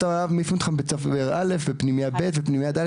מעיפים אותך מבית ספר ומפנימייה ב' ופנימייה ד',